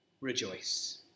rejoice